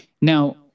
Now